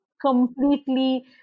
completely